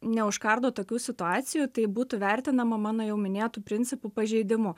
neužkardo tokių situacijų tai būtų vertinama mano jau minėtų principų pažeidimu